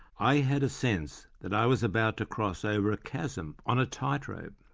i had a sense that i was about to cross over a chasm on a tightrope.